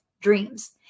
dreams